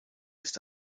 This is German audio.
ist